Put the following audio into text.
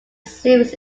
series